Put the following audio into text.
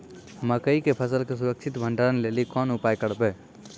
मकई के फसल के सुरक्षित भंडारण लेली कोंन उपाय करबै?